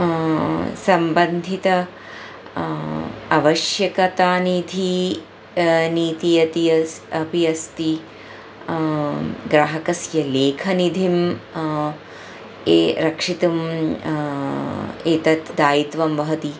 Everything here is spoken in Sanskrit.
सम्बन्धित अवश्यकतानिधि नीति अति अस्ति अपि अस्ति ग्राहकस्य लेखनिधिम् ये रक्षितुम् एतत् दायित्वं वहति